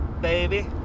baby